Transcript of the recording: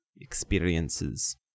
experiences